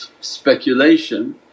speculation